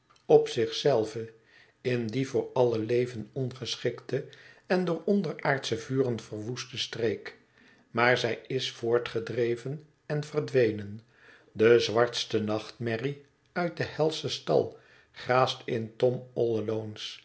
op zich zelve in die voor alle leven ongeschikte en door onderaardsche vuren verwoeste streek maar zij is voortgedreven en verdwenen de zwartste nachtmerrie uit den helschen stal graast in tom all